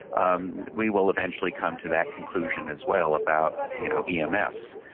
um we will eventually come to that conclusion as well about you know yeah um emfs.